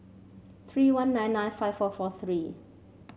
three one nine nine five four four three